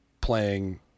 playing